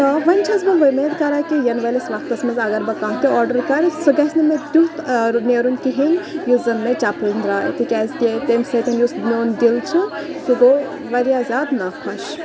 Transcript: تہٕ وۄنۍ چھَس بہٕ وُمید کَران کہِ ینہٕ وٲلِس وقتَس منٛز اگر بہٕ کانٛہہ تہِ آرڈَر کَرِ سُہ گَژھِ نہٕ مےٚ تیُتھ نیرُن کِہیٖنۍ یُس زَن مےٚ چَپٕنۍ درٛاے تِکیٛازِکہِ تمہِ سۭتۍ یُس میون دِل چھُ سُہ گوٚو واریاہ زیادٕ ناخۄش